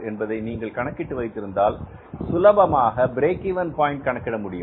என்பதை நீங்கள் கணக்கிட்டு வைத்திருந்தால் சுலபமாக பிரேக் இவென் பாயின்ட் கணக்கிட முடியும்